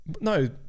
no